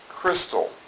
crystal